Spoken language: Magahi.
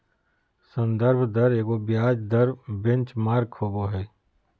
संदर्भ दर एगो ब्याज दर बेंचमार्क होबो हइ